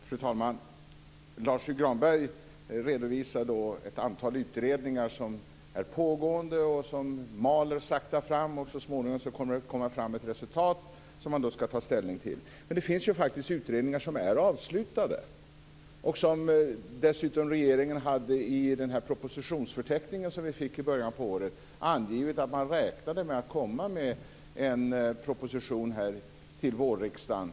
Fru talman! Lars U Granberg redovisar ett antal utredningar som pågår, som maler sakta fram och som så småningom kommer att komma fram med ett resultat som man skall ställning till. Men det finns faktiskt utredningar som är avslutade, och som dessutom regeringen i den propositionsförteckning som vi fick i början av året angav att man räknade med att komma med en proposition om till vårriksdagen.